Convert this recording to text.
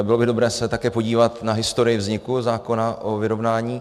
Bylo by dobré se také podívat na historii vzniku zákona o vyrovnání.